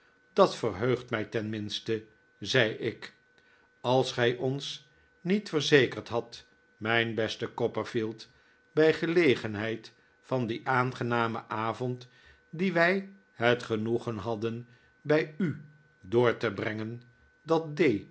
dat verheugt mij tenminste zei ik als gij ons niet verzekerd hadt mijn beste copperfield bij gelegenheid van dien aangenamen avond dien wij het genoegen hadden bij u door te brengen dat d